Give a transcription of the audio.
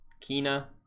kina